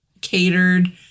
catered